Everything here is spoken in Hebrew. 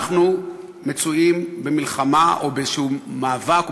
אנחנו מצויים במלחמה או באיזה מאבק או